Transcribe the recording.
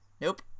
Nope